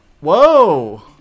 Whoa